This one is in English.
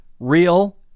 Real